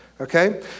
Okay